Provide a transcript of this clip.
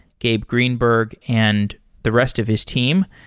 gabe greenberg and the rest of his team.